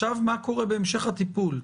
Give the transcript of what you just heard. מה קורה בהמשך הטיפול?